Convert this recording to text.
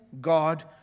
God